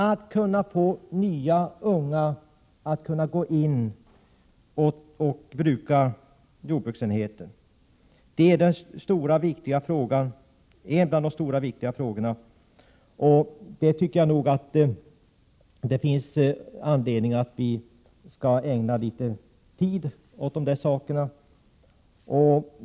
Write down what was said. Att få nya, unga människor att gå in och bruka jorden är en av de stora och viktiga frågorna, och det finns anledning att ägna tid åt dem.